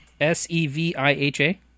s-e-v-i-h-a